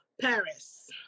Paris